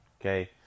okay